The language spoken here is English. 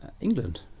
England